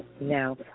now